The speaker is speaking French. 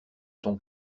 ton